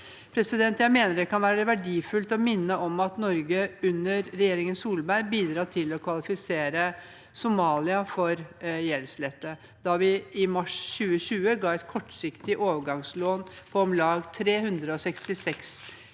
Jeg mener det kan være verdifullt å minne om at Norge under regjeringen Solberg bidro til å kvalifisere Somalia for gjeldsslette, da vi i mars 2020 ga et kortsiktig overgangslån på om lag 366